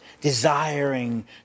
desiring